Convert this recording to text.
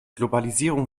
globalisierung